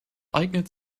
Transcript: eignet